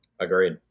Agreed